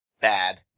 Bad